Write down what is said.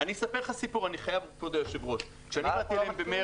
אני אספר לך סיפור, כבוד היושב-ראש, אני חייב.